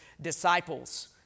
disciples